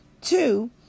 Two